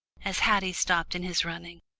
as haddie stopped in his running.